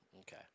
Okay